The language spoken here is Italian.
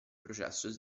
processo